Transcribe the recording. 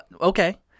okay